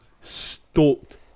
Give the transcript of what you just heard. stoked